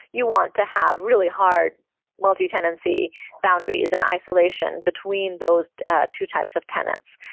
you want to have really hard multi-tenancy boundaries and isolation between those two types of tenants.